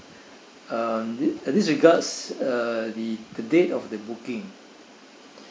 uh this regards uh the date of the booking